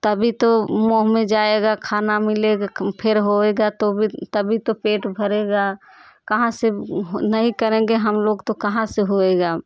तभी तो मुंह में जाएगा खाना मिलेगा काम फिर होगा तो भी तभी तो पेट भरेगा कहाँ से नहीं करेंगे हम लोग तो कहाँ से होएगा